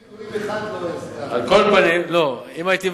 אפילו בית מגורים אחד לא הזכרת.